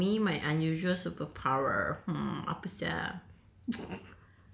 okay so for me my unusual super power apa sia